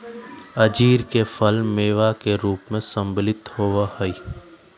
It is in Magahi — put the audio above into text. अंजीर के फल मेवा के रूप में सम्मिलित होबा हई